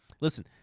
Listen